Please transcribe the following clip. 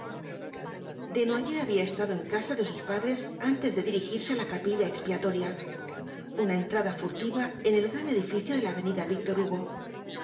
desnoyers había estado en casa de sus padres antes de dirigirse á la capilla expiatoria una entrada furtiva en el gran edificio de la avenida víctor hugo